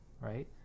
Right